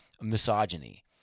misogyny